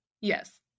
yes